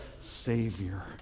Savior